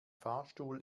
fahrstuhl